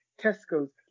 Tesco's